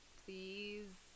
please